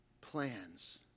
plans